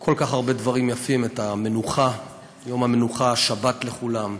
כל כך הרבה דברים יפים: את יום המנוחה, שבת לכולם,